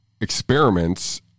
experiments